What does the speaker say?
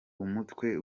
umutwe